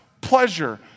pleasure